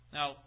Now